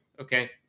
okay